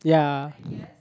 ya